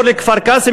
לא לכפר-קאסם,